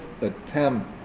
attempt